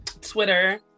Twitter